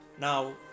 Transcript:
now